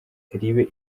ribe